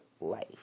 life